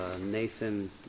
Nathan